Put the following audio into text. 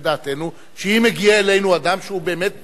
דעתנו שאם הגיע אלינו אדם שהוא באמת פליט,